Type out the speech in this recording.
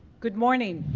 good morning.